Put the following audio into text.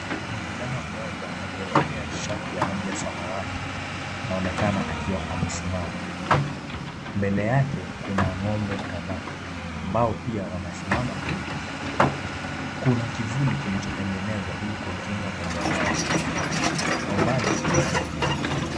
Mvulana mmoja aliyevalia shati ya rangi ya samawati anaonekana akiwa amesimama. Mbele yake kuna ng'ombe kadhaa ambao pia wanasimama tu. Kuna kivuli kilichotengenezwa ili kuwakinga ng'ombe hawa na jua. Kwa mbali kuna viti.